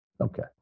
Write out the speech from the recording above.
Okay